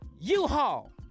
U-Haul